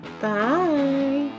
Bye